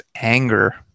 anger